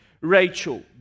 Rachel